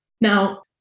Now